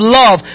love